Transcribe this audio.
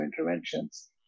interventions